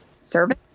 service